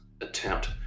attempt